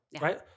Right